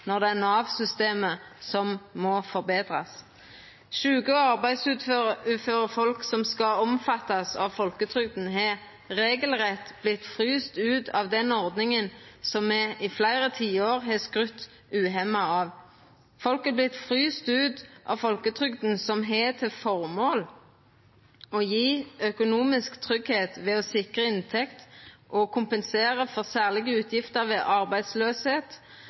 når det er Nav-systemet som må forbetrast. Sjuke og arbeidsuføre folk som skal omfattast av folketrygda, har regelrett vorte frosne ut av den ordninga som me i fleire tiår har skrytt uhemja av. Folk har vorte frosne ut av folketrygda, som har som føremål å gje økonomisk tryggleik ved å sikra inntekt og kompensera for særlege utgifter ved